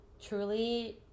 Truly